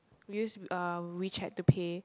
we use uh WeChat to pay